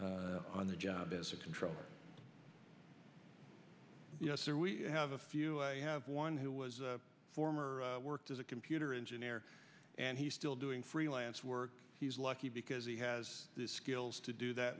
on the job as a control or we have a few i have one who was a former worked as a computer engineer and he's still doing freelance work he's lucky because he has the skills to do that